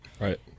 Right